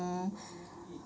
mm